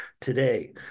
today